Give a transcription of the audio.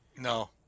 No